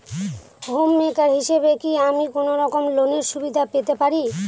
Home maker হিসেবে কি আমি কোনো রকম লোনের সুবিধা পেতে পারি?